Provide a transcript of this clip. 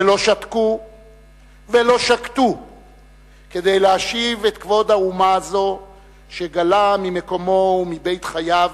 לא שתקו ולא שקטו כדי להשיב את כבוד האומה הזאת שגלה ממקומו ומבית-חייו,